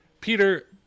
Peter